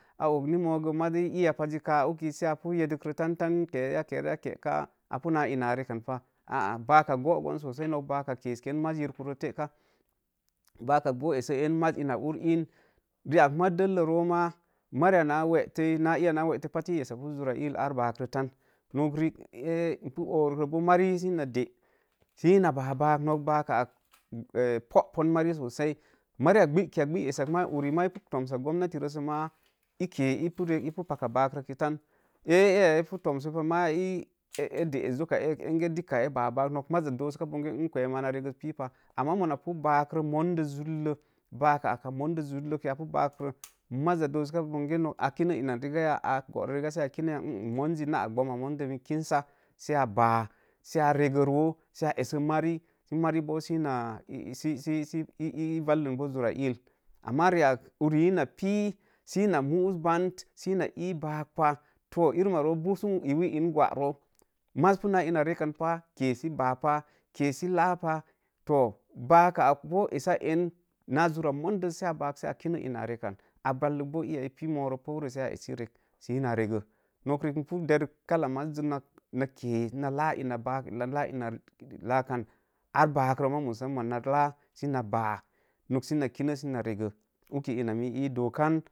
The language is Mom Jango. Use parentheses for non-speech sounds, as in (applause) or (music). A ogni mogə mari ee eyapakji kaa, sə apu yedda krə tan kera ke, ka apu naa ina a rekkan pah, aa bakak goggon sosai nok baakak kesken maz jirkurə təka, báákak boo essə en maz una ur iin, ri ak maa dɨllə roo maa, mariya weetei, naa iya naa wetəpai maa i esso pu zura illa ar baaro tan, nok riik ee epu coruk roo bóó sə mari ina dee sə ina babak, nok baaka ak (hesitation) pupun mari sosai, mariya gbiki a gbiya ai, (unintelligible) uri ipu paka baarə ji tan, aa aya apu tomsopah maa ee dees zoka ee, enge diƙka ee babaak, nok maza dosəka bonge n kwam mona regəs pipah, amma mona pu barə mondə zullo, baaka az a mondə zulluk ki a pu baavə, maza dosəka bonge baaka at a kinə riya, a goro riga sə a kinə ya n n, mon na ak. Mamma mondən mi kinsa, sə a baa sə a rego roo sə, a essə mari, sə mari boo náa sə sə na vallən boo zurra ill, ama riak uri na pii səsə ina móos bant, sə ina ii baak pah to irem roo bassum iwe in gwaroo maz puna una rekan pah, kesə baapah, kesə laapah, to baaka ag boo essa en na zura mondel sə a baak sə a kinə ina a rekkan a vallək boo iya ipu moro poirəi sə a essi rək sə ina regə, nok riik ipu der kalla mazzi na kee sə na laa ina baak, na laa ina baakan, ar baarə ma musaman na laa sə na baa, sə na kənə sə na regə uki ina nii dokan